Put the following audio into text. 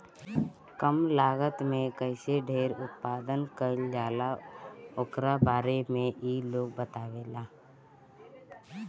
कम लागत में कईसे ढेर उत्पादन कईल जाला ओकरा बारे में इ लोग बतावेला